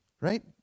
right